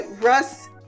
Russ